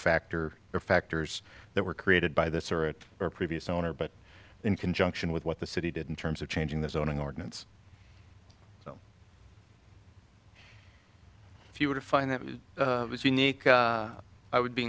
factor of factors that were created by this or it or previous owner but in conjunction with what the city did in terms of changing the zoning ordinance if you were to find that it was unique i would be